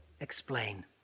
explain